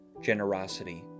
generosity